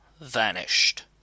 vanished